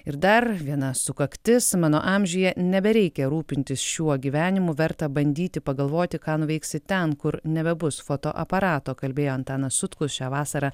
ir dar viena sukaktis mano amžiuje nebereikia rūpintis šiuo gyvenimu verta bandyti pagalvoti ką nuveiksi ten kur nebebus fotoaparato kalbėjo antanas sutkus šią vasarą